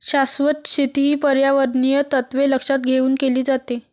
शाश्वत शेती ही पर्यावरणीय तत्त्वे लक्षात घेऊन केली जाते